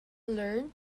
learn